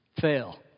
Fail